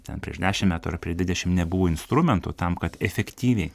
ten prieš dešim metų ar prie dvidešim nebuvo instrumentų tam kad efektyviai